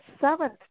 seventh